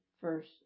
first